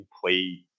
play